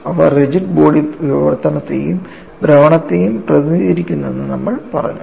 അവ rigid body വിവർത്തനത്തെയും ഭ്രമണത്തെയും പ്രതിനിധീകരിക്കുന്നുവെന്ന് നമ്മൾ പറഞ്ഞു